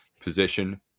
position